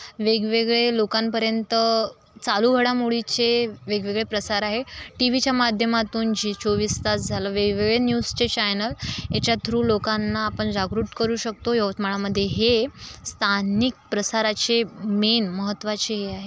वेगवेगळे लोकांपर्यंत चालू घडामोडींचे वेगवेगळे प्रसार आहेत टी व्हीच्या माध्यमातून झी चोवीस तास झालं वेगळे न्यूजचे चॅनल याच्या थ्रू लोकांना आपण जागरूक करू शकतो यवतमाळमध्ये हे स्थानिक प्रसाराचे मेन महत्वाचे हे आहे